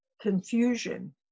confusion